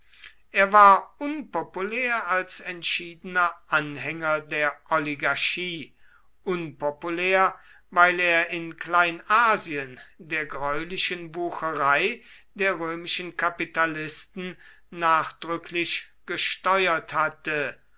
er war unpopulär als entschiedener anhänger der oligarchie unpopulär weil er in kleinasien der greulichen wucherei der römischen kapitalisten nachdrücklich gesteuert hatte